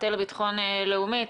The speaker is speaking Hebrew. המטה לביטחון לאומי,